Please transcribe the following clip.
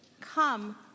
Come